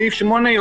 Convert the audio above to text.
סעיף 8,